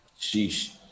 Sheesh